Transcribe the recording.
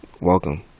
welcome